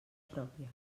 pròpia